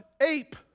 ape